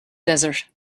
desert